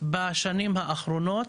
בשנים האחרונות,